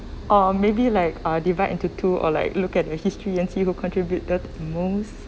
uh maybe like uh divide into two or like look at the history and see who contributed most